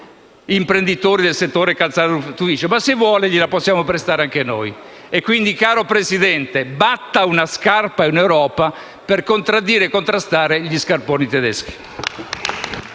imprenditori del settore dei calzaturifici ma, se vuole, gliela possiamo prestare anche noi. Quindi, caro Presidente, batta una scarpa in Europa, per contraddire e contrastare gli scarponi tedeschi.